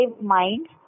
mind